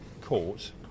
Court